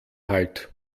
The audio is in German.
halt